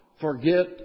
forget